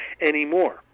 anymore